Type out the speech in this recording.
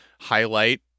highlight